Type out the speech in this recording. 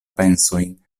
pensojn